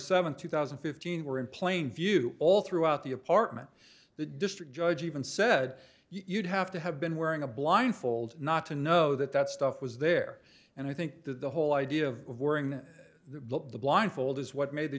seventh two thousand and fifteen were in plain view all throughout the apartment the district judge even said you'd have to have been wearing a blindfold not to know that that stuff was there and i think that the whole idea of the blindfold is what made the